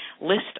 list